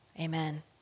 Amen